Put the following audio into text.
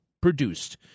produced